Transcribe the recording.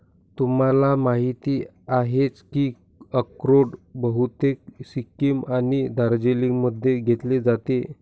तुम्हाला माहिती आहेच की अक्रोड बहुतेक सिक्कीम आणि दार्जिलिंगमध्ये घेतले जाते